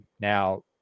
now